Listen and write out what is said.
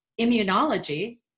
immunology